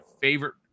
favorite